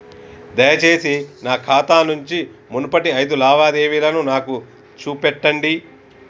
దయచేసి నా ఖాతా నుంచి మునుపటి ఐదు లావాదేవీలను నాకు చూపెట్టండి